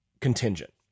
contingent